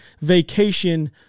vacation